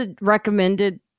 recommended